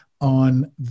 on